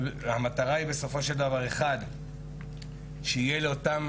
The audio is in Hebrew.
המטרה היא בסופו של דבר שיהיה לאותם